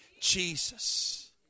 Jesus